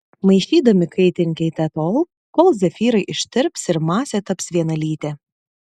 maišydami kaitinkite tol kol zefyrai ištirps ir masė taps vienalytė